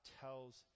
tells